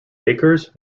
acres